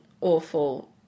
awful